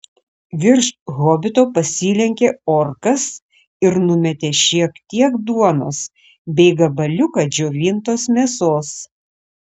virš hobito pasilenkė orkas ir numetė šiek tiek duonos bei gabaliuką džiovintos mėsos